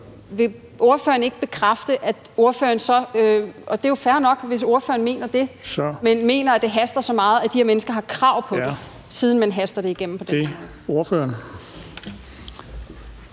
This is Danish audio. Vil ordføreren ikke bekræfte, at ordføreren så – og det er jo fair nok, hvis ordføreren mener det – mener, at det haster så meget, at de her mennesker har krav på det, siden man haster det igennem på den